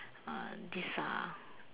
err these are